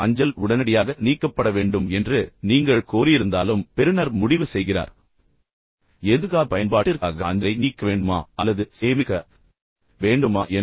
அஞ்சல் உடனடியாக நீக்கப்பட வேண்டும் என்று நீங்கள் கோரியிருந்தாலும் பெறுநர் முடிவு செய்கிறார் எதிர்கால பயன்பாட்டிற்காக அஞ்சலை நீக்க வேண்டுமா அல்லது சேமிக்க வேண்டுமா என்று